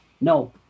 No